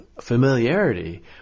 familiarity